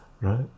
right